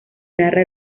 narra